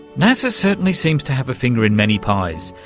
nasa certainly seems to have a finger in many pies.